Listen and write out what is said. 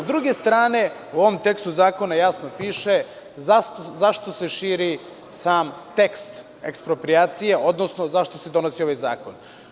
S druge strane, u ovom tekstu zakona jasno piše zašto se širi sam tekst eksproprijacije, odnosno zašto se donosi ovaj Zakon.